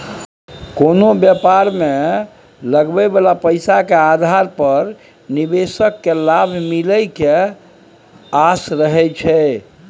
कोनो व्यापार मे लगाबइ बला पैसा के आधार पर निवेशक केँ लाभ मिले के आस रहइ छै